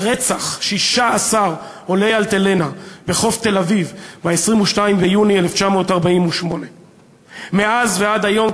רצח 16 עולי "אלטלנה" בחוף תל-אביב ב-22 ביוני 1948. מאז ועד היום,